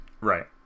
Right